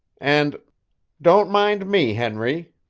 and don't mind me, henry,